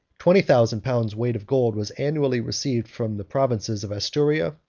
twenty thousand pound weight of gold was annually received from the provinces of asturia,